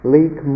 Leak